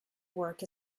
work